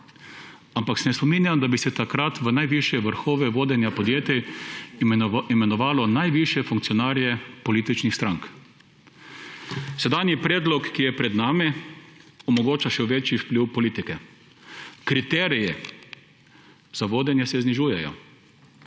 Ampak se ne spominjam, da bi se takrat v najvišje vrhove vodenja podjetij imenovalo najvišje funkcionarje političnih strank. Sedanji predlog, ki je pred nami, omogoča še večji vpliv politike. Kriterije za vodenje se znižujejo.